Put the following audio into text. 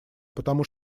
потому